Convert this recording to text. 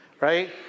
Right